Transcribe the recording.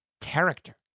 character